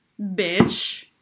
Bitch